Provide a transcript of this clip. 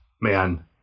Man